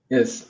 Yes